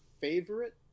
favorite